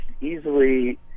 easily